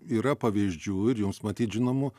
yra pavyzdžių ir jums matyt žinomų